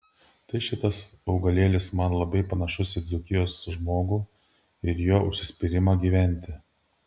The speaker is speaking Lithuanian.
tai šitas augalėlis man labai panašus į dzūkijos žmogų ir jo užsispyrimą gyventi